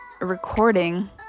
recording